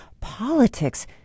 politics